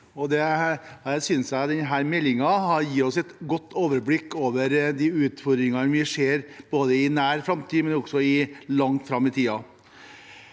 og jeg synes denne meldingen gir oss et godt overblikk over de utfordringene vi ser både i nær framtid og langt fram i tid.